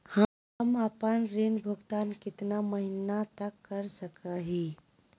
हम आपन ऋण भुगतान कितना महीना तक कर सक ही?